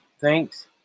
thanks